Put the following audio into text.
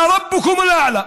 (אומר בערבית: